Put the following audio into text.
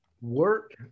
work